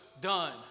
Done